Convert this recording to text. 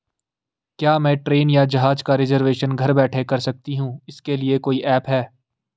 क्या मैं ट्रेन या जहाज़ का रिजर्वेशन घर बैठे कर सकती हूँ इसके लिए कोई ऐप है?